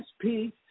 peace